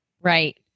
Right